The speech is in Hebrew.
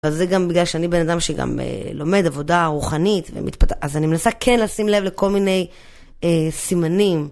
וזה גם בגלל שאני בן אדם שגם לומד עבודה רוחנית ומתפתחת, אז אני מנסה כן לשים לב לכל מיני סימנים.